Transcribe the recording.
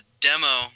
demo